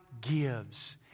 gives